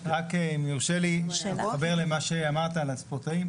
אם יורשה להתחבר למה שאמרת על הספורטאים,